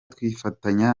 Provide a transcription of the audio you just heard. twifatanya